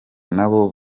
nabo